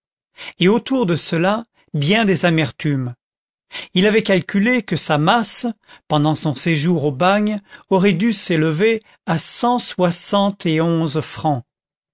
et autour de cela bien des amertumes il avait calculé que sa masse pendant son séjour au bagne aurait dû s'élever à